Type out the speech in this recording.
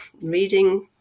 reading